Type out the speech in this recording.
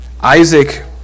Isaac